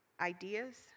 Ideas